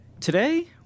Today